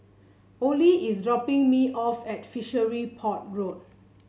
Ollie is dropping me off at Fishery Port Road